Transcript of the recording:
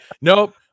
nope